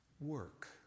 work